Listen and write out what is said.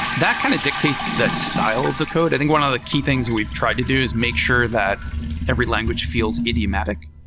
that kind of dictates that style of the code. i think one of the key things we've tried to do is make sure that every language feels idiomatic.